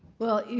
well, you